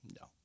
No